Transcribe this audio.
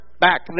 back